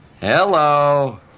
Hello